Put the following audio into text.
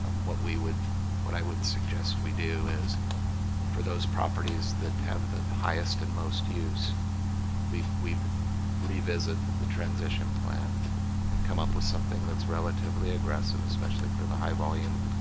what we would what i would suggest we do is for those properties that have the highest and most use we we revisit the transition plan and come up with something that's relatively aggressive especially for the high volume